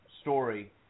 story